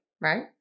right